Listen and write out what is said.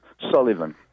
Sullivan